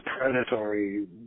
predatory